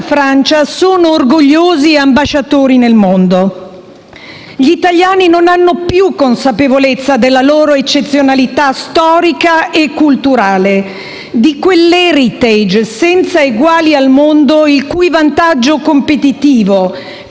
sono orgogliosi ambasciatori nel mondo. Gli Italiani non hanno più consapevolezza della loro eccezionalità storica e culturale, di quell'*heritage* senza eguali al mondo, il cui vantaggio competitivo,